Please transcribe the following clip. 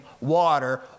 water